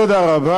תודה רבה.